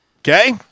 Okay